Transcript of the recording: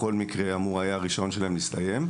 גם ככה אמור היה להסתיים הרישיון בפרק הזמן הזה.